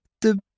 the